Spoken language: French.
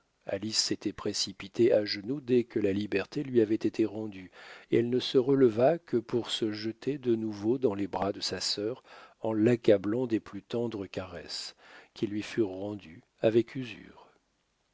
s'était précipitée à genoux dès que la liberté lui avait été rendue et elle ne se releva que pour se jeter de nouveau dans les bras de sa sœur en l'accablant des plus tendres caresses qui lui furent rendues avec usure